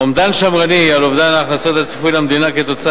אומדן שמרני של אובדן ההכנסות הצפוי למדינה כתוצאה